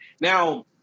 Now